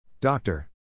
Doctor